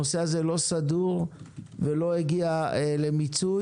הנושא הזה לא סדור ולא הגיע למיצוי,